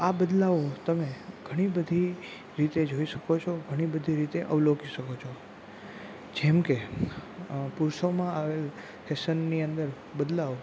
આ બદલાવ તમે ઘણી બધી રીતે જોઈ શકો છો ઘણી બધી રીતે અવલોકી શકો છો જેમ કે પુરુષોમાં આવેલ ફેશનની અંદર બદલાવ